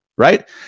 Right